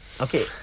Okay